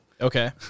Okay